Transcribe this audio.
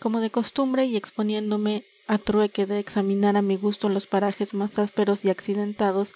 como de costumbre y exponiéndome á trueque de examinar á mi gusto los parajes más ásperos y accidentados